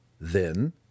Then